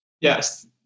yes